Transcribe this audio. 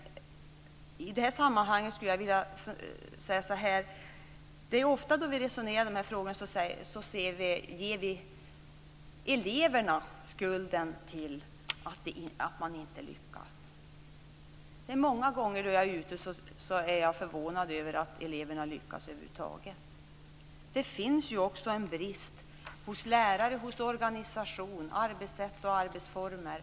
Ofta när vi resonerar om de här frågorna ger vi eleverna skulden för att de inte lyckas. Men många gånger när jag är ute på besök är jag förvånad över att eleverna över huvud taget lyckas. Det finns ju också en brist hos lärare, i organisationen samt i arbetssätt och arbetsformer.